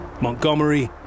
Montgomery